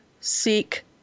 seek